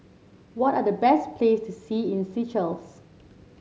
what are the best places to see in Seychelles